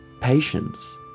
patience